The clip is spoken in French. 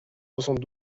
soixante